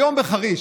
היום בחריש,